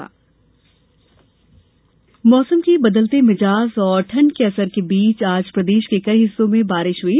मौसम मौसम के बदलते मिजाज और ठंड के असर के बीच आज प्रदेश के कई हिस्सों में बारिश हुई